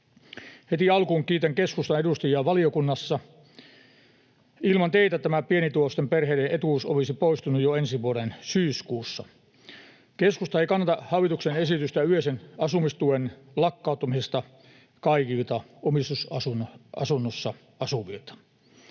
Heti alkuun kiitän keskustan edustajia valiokunnassa. Ilman teitä tämä pienituloisten perheiden etuus olisi poistunut jo ensi vuoden syyskuussa. Keskusta ei kannata hallituksen esitystä yleisen asumistuen lakkauttamisesta kaikilta omistusasunnossa asuvilta.